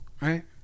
Right